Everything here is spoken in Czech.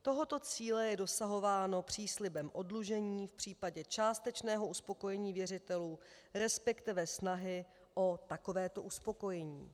Tohoto cíle je dosahováno příslibem oddlužení v případě částečného uspokojení věřitelů, resp. snahy o takovéto uspokojení.